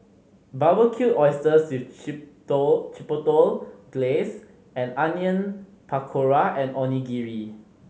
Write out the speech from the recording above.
Barbecued Oysters with Chipotle Glaze and Onion Pakora and Onigiri